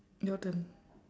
your turn